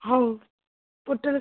ହଉ ପୋଟଳ